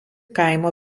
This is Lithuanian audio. kaimo